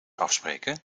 afspreken